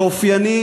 שאופייני